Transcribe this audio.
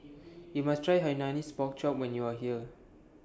YOU must Try Hainanese Pork Chop when YOU Are here